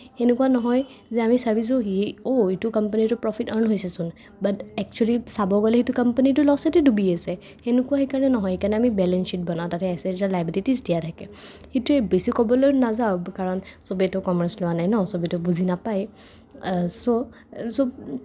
সেনেকুৱা নহয় যে আমি বিছাৰিছো সি অহ্ এইটো কোম্পেনীটোৰ প্ৰফিত হৈছেচোন বাট এক্সচুৱেলি চাব গ'লে সেইটো কোম্পেনীটো ল'চতেই ডুবি আছে সেনেকুৱা সেইকাৰণে নহয় সেইকাৰণে আমি বেলেঞ্চ শ্বীট বনাও তাতে এচেটচ্ৰ লাইবিলিটিচ্ দিয়া থাকে সেইটোৱে বেছি ক'বলৈ নাযাওঁ কাৰণ সবেটো কমাৰ্চ লোৱা নাই ন' সবেটো বুজি নাপায় চ' চ'